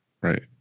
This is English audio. Right